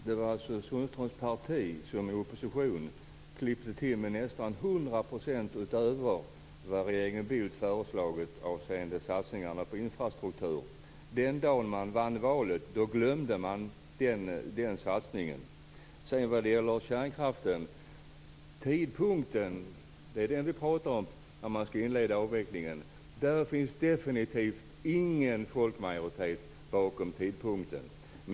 Fru talman! Det var alltså Sundströms parti som i opposition klippte till med nästan 100 % utöver vad regeringen Bildt föreslagit avseende satsningarna på infrastruktur. Den dagen man vann valet glömde man den satsningen. När det gäller kärnkraften är det ju tidpunkten för när vi skall inleda avvecklingen som vi pratar om, och det finns definitivt ingen folkmajoritet bakom den här tidpunkten.